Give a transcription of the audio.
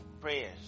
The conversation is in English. prayers